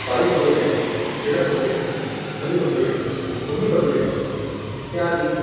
वायुप्रदूषणं जलप्रदूषणं ध्वनिप्रदूषणं भूमिप्रदूषणम् इत्यादीनि